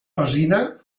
resina